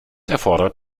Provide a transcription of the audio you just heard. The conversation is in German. erfordert